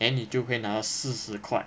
then 你就会拿到四十块